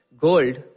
gold